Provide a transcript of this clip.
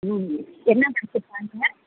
ம் என்ன படிச்சுருக்காங்க